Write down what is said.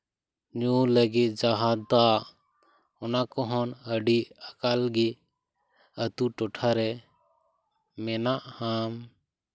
ᱧᱩ ᱞᱟᱹᱜᱤᱫ ᱡᱟᱦᱟᱸ ᱫᱟᱜ ᱚᱱᱟ ᱠᱚᱦᱚᱸ ᱟᱹᱰᱤ ᱟᱠᱟᱞ ᱜᱮ ᱟᱛᱳ ᱴᱚᱴᱷᱟᱨᱮ ᱢᱮᱱᱟᱜ ᱟᱢ